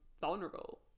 vulnerable